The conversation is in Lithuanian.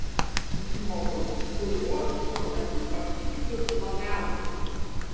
žmogus kuriuo šiuo metu pasitikiu labiausiai